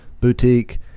boutique